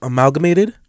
Amalgamated